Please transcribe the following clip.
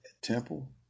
Temple